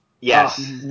yes